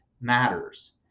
matters